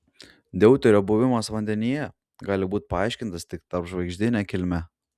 deuterio buvimas vandenyje gali būti paaiškintas tik tarpžvaigždine kilme